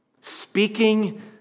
Speaking